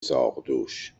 ساقدوش